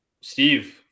Steve